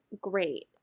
great